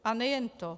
A nejen to.